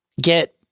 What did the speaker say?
get